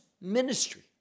ministry